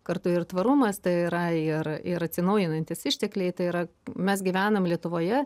kartu ir tvarumas tai yra ir ir atsinaujinantys ištekliai tai yra mes gyvenam lietuvoje